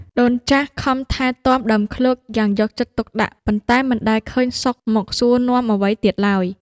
ដូនចាស់ខំថែទាំដើមឃ្លោកយ៉ាងយកចិត្តទុកដាក់ ប៉ុន្តែមិនដែលឃើញសុខមកសួរនាំអ្វីទៀតឡើយ។